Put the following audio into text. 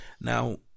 now